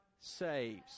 saves